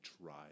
try